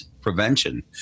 prevention